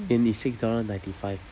and six dollar ninety five